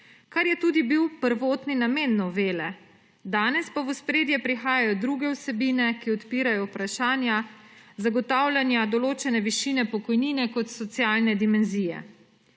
kar je tudi bil prvotni namen novele. Danes pa v ospredje prihajajo druge vsebine, ki odpirajo vprašanja zagotavljanja določene višine pokojnine kot socialne dimenzije.